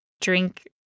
drink